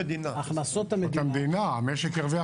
הכנסות המדינה.